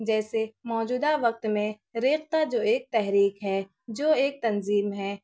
جیسے موجودہ وقت میں ریختہ جو ایک تحریک ہے جو ایک تنظیم ہے